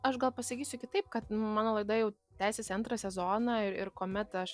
aš gal pasakysiu kitaip kad mano laida jau tęsiasi antrą sezoną ir kuomet aš